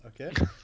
okay